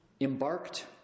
embarked